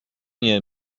year